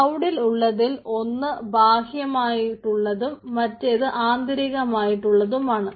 ക്ലൌഡിൽ ഉള്ളതിൽ ഒന്ന് ബാഹ്യമായുള്ളതും മറ്റേത് അന്തരീകമായുള്ളതുമാണ്